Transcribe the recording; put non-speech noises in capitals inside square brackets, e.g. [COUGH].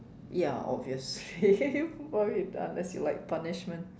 ya obviously [LAUGHS] why you unless you like punishment